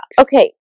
Okay